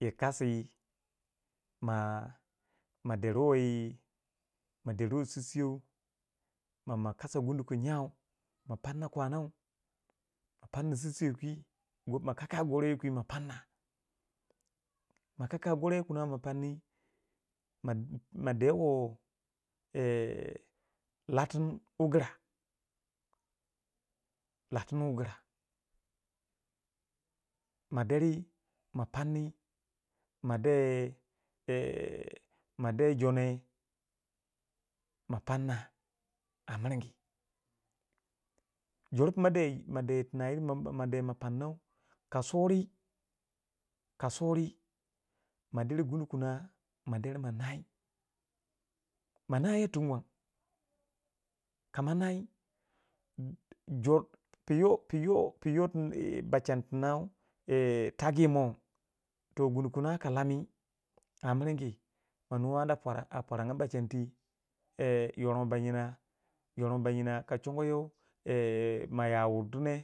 yi kasi ma ma deruwe ma deruwe sisiyo ma ma kasa gundu ki nyau ma pana kwanau ma panni sisiyo ki ma kakạ goroyoki ma panna kaka goroyokina ma panni ma ma dewo latịn wu gura, latịn wu gura ma deri ma panni ma de yeh ma de jone ma panna a miringi, jor pu ma de ma- ma ma de ma panau ka sori ka sori ma deri gunu kina ma deri ma nai ma naya tum wang kama nai jor piyo piyo yi bachangi tinau ta gi mo toh gunu kina kalani a miringi ana pora ba pora bachangi ki yorong ba nyina yo yorong ba nyina ka chongo yo ma ya wurdu neh.